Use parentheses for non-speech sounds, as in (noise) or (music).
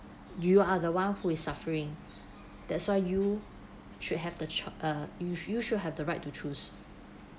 you are the one who is suffering that's why you should have the (noise) err you you should have the right to choose